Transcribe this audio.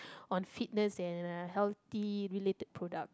on fitness and uh healthy related product